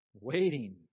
Waiting